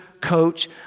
coach